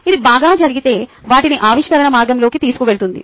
ఇది బాగా జరిగితే వాటిని ఆవిష్కరణ మార్గంలోకి తీసుకువెళుతుంది